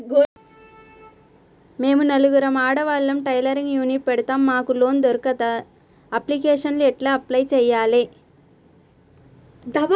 మేము నలుగురం ఆడవాళ్ళం టైలరింగ్ యూనిట్ పెడతం మాకు లోన్ దొర్కుతదా? అప్లికేషన్లను ఎట్ల అప్లయ్ చేయాలే?